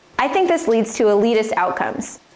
i think this leads to elitist outcomes,